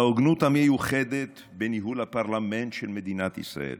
ההוגנות המיוחדת בניהול הפרלמנט של מדינת ישראל.